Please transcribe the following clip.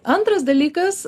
antras dalykas